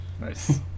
Nice